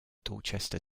dorchester